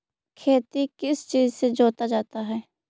खेती किस चीज से जोता जाता है?